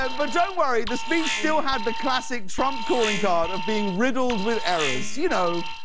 um but don't worry, the speech still had the classic trump calling card of being riddled with errors, you know,